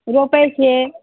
रोपैत छियै